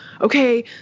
okay